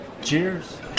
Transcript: Cheers